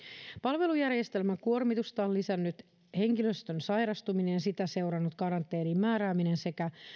palvelujärjestelmän kuormitusta on lisännyt henkilöstön sairastuminen ja sitä seurannut karanteeniin määrääminen sekä